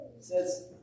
says